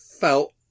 felt